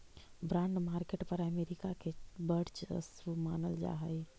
bond market पर America के वर्चस्व मानल जा हइ